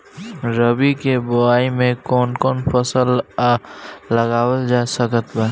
रबी के बोआई मे कौन कौन फसल उगावल जा सकत बा?